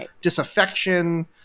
disaffection